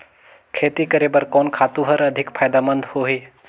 खेती करे बर कोन खातु हर अधिक फायदामंद होही?